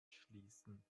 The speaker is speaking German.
schließen